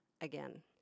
again